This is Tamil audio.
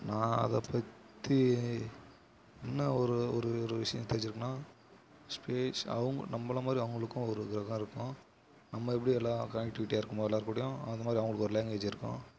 நான் அதை பற்றி என்ன ஒரு ஒரு ஒரு விஷயம் தெரிஞ்சிருக்குனால் ஸ்பேஸ் அவங்க நம்மள மாதிரி அவங்களுக்கும் ஒரு கிரகம் இருக்கும் நம்ம எப்படி எல்லாம் கனெக்டிவிட்டியாக இருக்கோமோ எல்லார்க்கூடையும் அந்தமாதிரி அவங்களுக்கு ஒரு லாங்குவேஜ் இருக்கும்